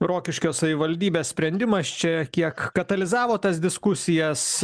rokiškio savivaldybės sprendimas čia kiek katalizavo tas diskusijas